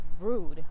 rude